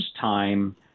time